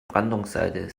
brandungsseite